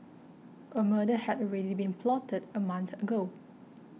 a murder had already been plotted a month ago